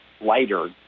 lighter